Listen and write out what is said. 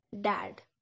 dad